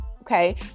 Okay